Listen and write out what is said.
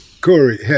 Corey